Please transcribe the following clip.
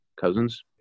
Cousins